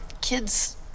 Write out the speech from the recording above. kids